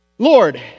Lord